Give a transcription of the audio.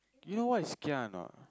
you know what is Kia or not